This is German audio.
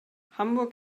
hamburg